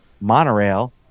monorail